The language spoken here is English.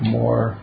more